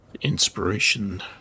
Inspiration